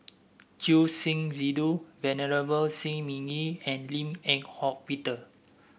Choor Singh Sidhu Venerable Shi Ming Yi and Lim Eng Hock Peter